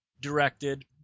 directed